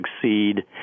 succeed